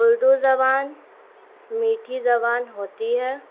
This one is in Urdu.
اردو زبان میٹھی زبان ہوتی ہے